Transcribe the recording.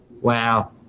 Wow